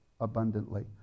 abundantly